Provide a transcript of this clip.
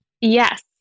Yes